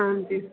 ਹਾਂਜੀ